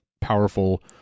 powerful